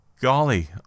golly